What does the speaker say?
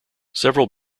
several